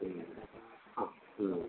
ହୁଁ ହଁ ହୁଁ